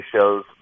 shows